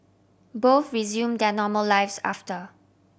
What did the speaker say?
both resume their normal lives after